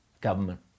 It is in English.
government